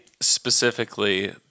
specifically